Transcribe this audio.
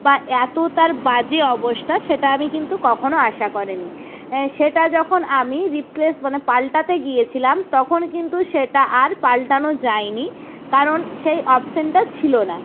বা এতো তার বাজে অবস্থা সেটা আমি কিন্তু কখনও আশা করিনি সেটা যখন আমি রিপ্লেস মানে পাল্টাতে গিয়েছিলাম তখন কিন্তু সেটা আর পাল্টানো যায়নি কারণ সেই অপশানটা ছিল না